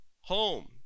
home